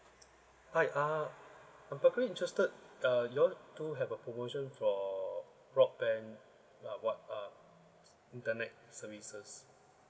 hi uh I'm probably interested uh you all do have a promotion for broadband uh what uh internet services